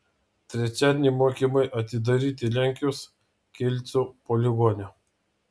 trečiadienį mokymai atidaryti lenkijos kelcų poligone